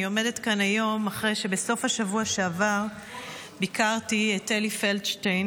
אני עומדת כאן היום אחרי שבסוף השבוע שעבר ביקרתי את אלי פלדשטיין